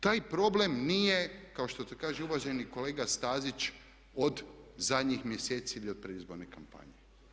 Taj problem nije kao što to kaže uvaženi kolega Stazić od zadnjih mjeseci ili od predizborne kampanje.